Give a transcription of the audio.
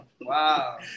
Wow